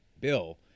Bill